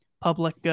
public